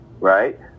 Right